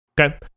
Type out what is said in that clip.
Okay